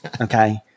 Okay